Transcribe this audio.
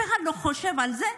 אף אחד לא חושב על זה?